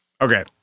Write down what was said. Okay